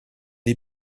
dei